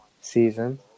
season